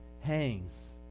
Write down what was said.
hangs